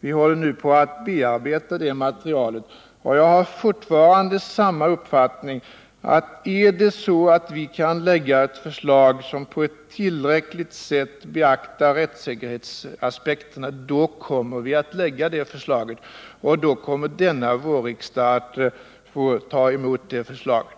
Vi håller nu på att bearbeta det materialet, och jag har fortfarande samma uppfattning som tidigare: Om vi kan lägga fram ett förslag som tillräckligt tillgodoser rättssäkerhetsaspekterna kommer vi att göra det, och då kommer denna vårriksdag att få ta emot det förslaget.